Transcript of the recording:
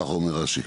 כך אומר רש"י.